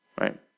Right